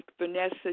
Vanessa